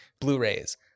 Blu-rays